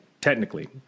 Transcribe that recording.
technically